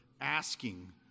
asking